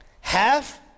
Half